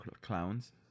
clowns